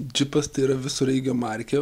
džipas tai yra visureigio markė